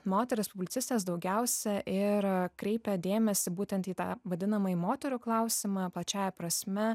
moterys publicistės daugiausia ir kreipė dėmesį būtent į tą vadinamąjį moterų klausimą plačiąja prasme